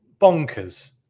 bonkers